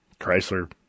Chrysler